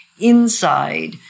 inside